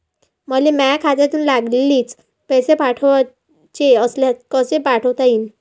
मले माह्या खात्यातून लागलीच पैसे पाठवाचे असल्यास कसे पाठोता यीन?